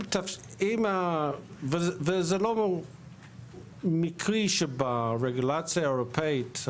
וזה לא מקרי שברגולציה האירופאית,